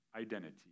identity